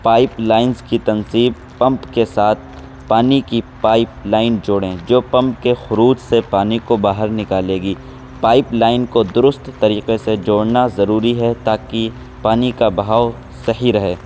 pipe lines کی تنصیب pump کے ساتھ پانی کی پائپ لائن جوڑیں جو پمپ کے خروج سے پانی کو باہر نکالے گی پائپ لائن کو درست طریقے سے جوڑنا ضروری ہے تاکہ پانی کا بہاؤ صحیح رہے